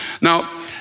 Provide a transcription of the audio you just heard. Now